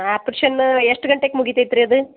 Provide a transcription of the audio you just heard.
operation ಎಷ್ಟು ಗಂಟೆಗೆ ಮುಗೀತೈತ್ರಿ ಅದು